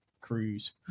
cruise